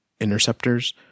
interceptors